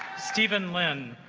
steven lin